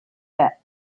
pit